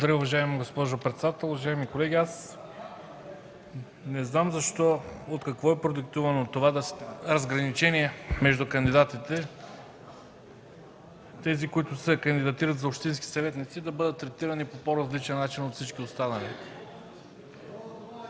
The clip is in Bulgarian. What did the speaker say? Благодаря, госпожо председател. Уважаеми колеги! Не знам от какво е продиктувано разграничението между кандидатите – тези които, се кандидатират за общински съветници, да бъдат третирани по-различен начин от всички останали!?